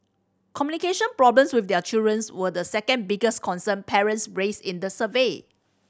communication problems with their children's were the second biggest concern parents raised in the survey